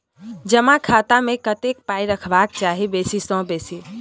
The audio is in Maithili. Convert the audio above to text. जमा खाता मे कतेक पाय रखबाक चाही बेसी सँ बेसी?